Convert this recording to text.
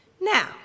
Now